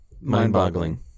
mind-boggling